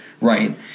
right